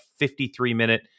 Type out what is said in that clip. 53-minute